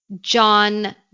John